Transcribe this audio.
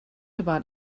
about